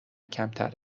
کمتر